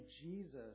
Jesus